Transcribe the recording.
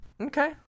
okay